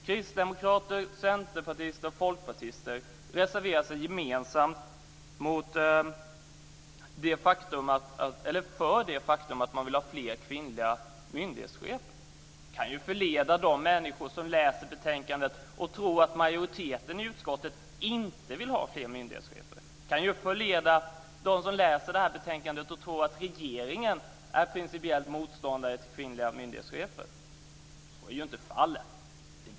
Kristdemokrater, centerpartister och folkpartister reserverar sig gemensamt för att man vill ha fler kvinnliga myndighetschefer. Det kan förleda de människor som läser betänkandet att tro att majoriteten i utskottet inte vill ha fler myndighetschefer. Det kan förleda dem som läser det här betänkandet att tro att regeringen principiellt är motståndare till kvinnliga myndighetschefer. Så är ju inte fallet.